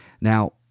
Now